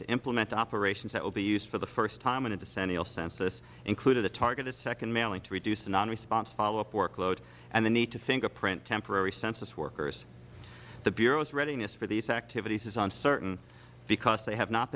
to implement operations that will be used for the first time in a decennial census including a targeted second mailing to reduce the nonresponse followup workload and the need to fingerprint temporary census workers the bureau's readiness for these activities is uncertain because they have not